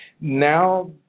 Now